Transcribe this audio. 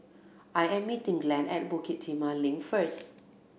I am meeting Glenn at Bukit Timah Link first